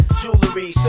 jewelry